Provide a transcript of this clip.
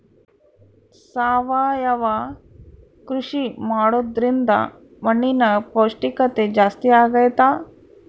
ಸಾವಯವ ಕೃಷಿ ಮಾಡೋದ್ರಿಂದ ಮಣ್ಣಿನ ಪೌಷ್ಠಿಕತೆ ಜಾಸ್ತಿ ಆಗ್ತೈತಾ?